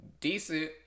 decent